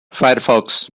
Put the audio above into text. firefox